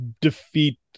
defeat